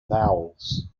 vowels